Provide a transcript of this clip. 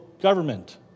government